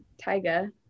Tyga